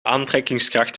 aantrekkingskracht